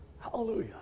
Hallelujah